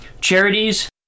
charities